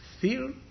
feel